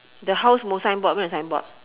the house mou signboard where the signboard